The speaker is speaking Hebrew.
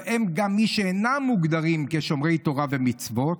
ובהם גם מי שאינם מוגדרים כשומרי תורה ומצוות,